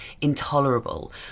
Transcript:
intolerable